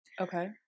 Okay